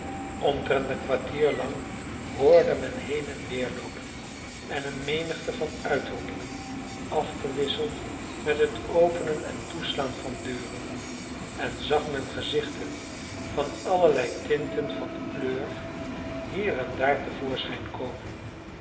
omtrent een kwartier lang hoorde men heen en weer loopen en eene menigte van uitroepingen afgewisseld met het openen en toeslaan van deuren en zag men gezichten van allerlei tinten van kleur hier en daar te voorschijn komen